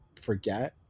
forget